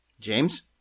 james